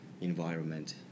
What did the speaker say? environment